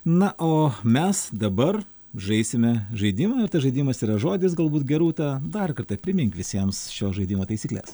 na o mes dabar žaisime žaidimą ir tas žaidimas yra žodis galbūt gerūta dar kartą primink visiems šio žaidimo taisykles